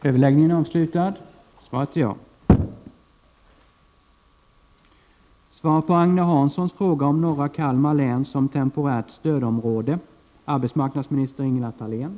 Fru talman! Gudrun Schyman har frågat mig om regeringen slutgiltigt beslutat vad som skall hända med det svenska använda kärnbränslet som finns i England. Mitt svar är nej.